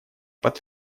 под